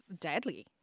deadly